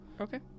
Okay